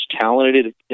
talented